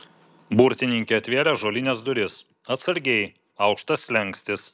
burtininkė atvėrė ąžuolines duris atsargiai aukštas slenkstis